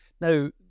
Now